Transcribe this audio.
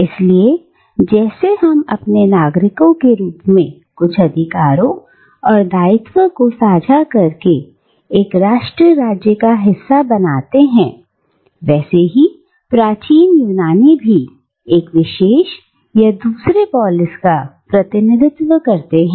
इसलिए जैसे हम अपने नागरिकों के रूप में कुछ अधिकारों और दायित्व को साझा करके एक राष्ट्र राज्य का हिस्सा बनाते हैं वैसे ही प्राचीन यूनानी भी एक विशेष या दूसरे पोलिस का प्रतिनिधि प्रतिनिधित्व करते हैं